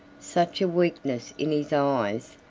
such a weakness in his eyes,